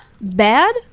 bad